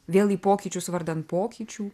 vėl į pokyčius vardan pokyčių